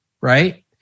right